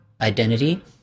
identity